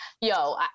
Yo